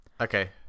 Okay